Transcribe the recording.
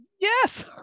Yes